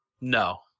no